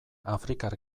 afrikar